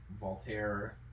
Voltaire